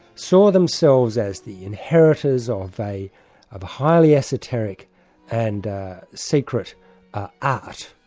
saw themselves as the inheritors of a of a highly esoteric and secret art,